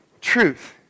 Truth